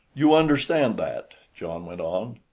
you understand that, john went on.